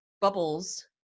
bubbles